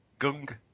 gung